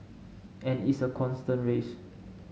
and it's a constant race